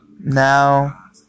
now